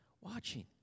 watching